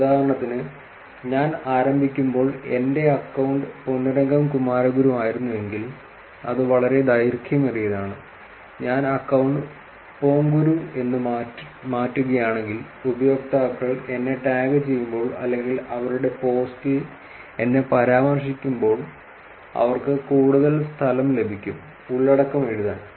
ഉദാഹരണത്തിന് ഞാൻ ആരംഭിക്കുമ്പോൾ എന്റെ അക്കൌണ്ട് പൊന്നുരംഗം കുമാരഗുരു ആയിരുന്നുവെങ്കിൽ അത് വളരെ ദൈർഘ്യമേറിയതാണ് ഞാൻ അക്കൌണ്ട് പോങ്കുരു എന്ന് മാറ്റുകയാണെങ്കിൽ ഉപയോക്താക്കൾ എന്നെ ടാഗ് ചെയ്യുമ്പോൾ അല്ലെങ്കിൽ അവരുടെ പോസ്റ്റിൽ എന്നെ പരാമർശിക്കുമ്പോൾ അവർക്ക് കൂടുതൽ സ്ഥലം ലഭിക്കും ഉള്ളടക്കം എഴുതാൻ